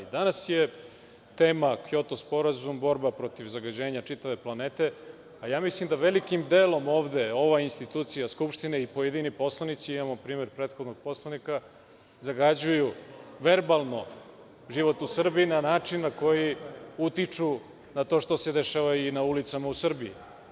Danas je tema Kjota sporazum, borba protiv zagađenja čitave planete, a ja mislim da velikim delom ovde ova institucija Skupštine i pojedini poslanici, imamo primer prethodnog poslanika, zagađuju verbalno život u Srbiji na način na koji utiču na to što se dešava i na ulicama u Srbiji.